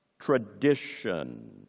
tradition